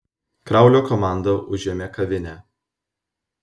kraulio komanda užėmė kavinę